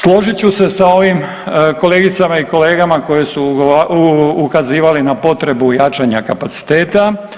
Složit ću se sa ovim kolegica i kolegama koje su ukazivali na potrebu jačanja kapaciteta.